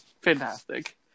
fantastic